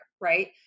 right